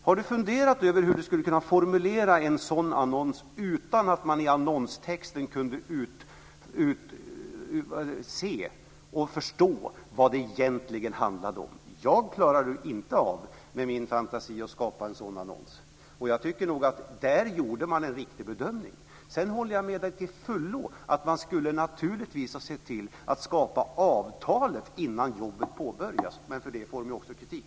Har Per-Samuel Nisser funderat över hur han skulle kunna formulera en sådan annons utan att man i annonstexten kan se och förstå vad det egentligen handlade om? Jag klarar inte av, med min fantasi, att skapa en sådan annons. Jag tycker nog att man där gjorde en riktig bedömning. Sedan håller jag till fullo med Per-Samuel Nisser om att man naturligtvis skulle ha sett till att skapa avtalet innan jobbet påbörjades. Men för det får man ju också kritik.